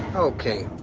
okay.